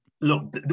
Look